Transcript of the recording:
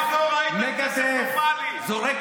אתה יושב באולם כאילו הוא של אבא שלך,